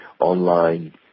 online